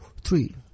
three